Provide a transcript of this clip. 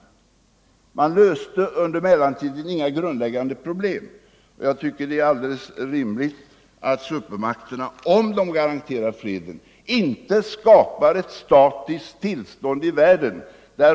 Inga grundläggande problem löstes under mellantiden, och jag tycker det är rimligt att supermakterna, om de garanterar freden, inte skapar ett statiskt tillstånd i världen.